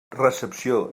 recepció